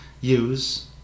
use